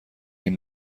این